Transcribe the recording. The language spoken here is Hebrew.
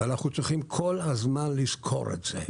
ואנחנו צריכים כל הזמן לזכור את זה.